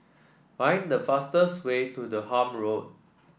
find the fastest way to Durham Road